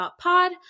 Pod